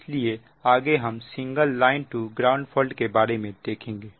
इसलिए आगे हम single line to ground fault के बारे में देखेंगे